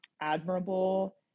admirable